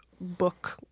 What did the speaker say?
book